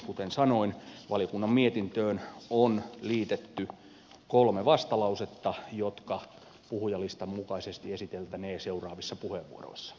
kuten sanoin valiokunnan mietintöön on liitetty kolme vastalausetta jotka puhujalistan mukaisesti esiteltäneen seuraavissa puheenvuoroissa